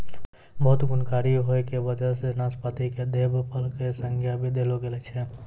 बहुत गुणकारी होय के वजह सॅ नाशपाती कॅ देव फल के संज्ञा भी देलो गेलो छै